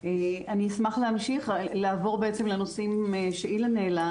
אני אשמח להמשיך, לעבור בעצם לנושאים שאילן העלה.